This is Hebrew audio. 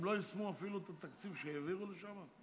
הם לא יישמו אפילו את התקציב שהעבירו לשם?